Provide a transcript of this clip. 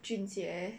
jun jie